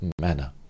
manner